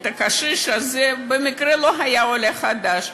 הקשיש הזה במקרה לא היה עולה חדש,